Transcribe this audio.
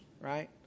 right